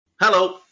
Hello